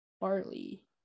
Barley